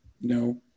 No